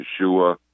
Yeshua